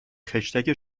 خشتک